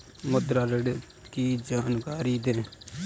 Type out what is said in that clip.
मुद्रा ऋण की जानकारी दें?